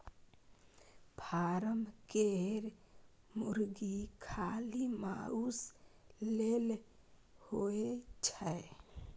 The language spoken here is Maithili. फारम केर मुरगी खाली माउस लेल होए छै